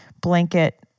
blanket